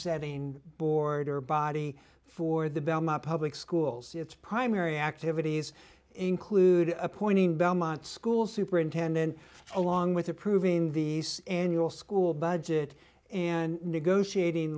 center in border body for the belmont public schools its primary activities include a point in belmont school superintendent along with approving the annual school budget and negotiating